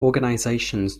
organizations